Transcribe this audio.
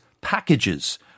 packages